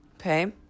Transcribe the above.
Okay